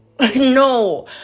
no